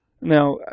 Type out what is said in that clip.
Now